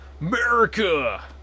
America